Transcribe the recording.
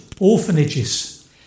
orphanages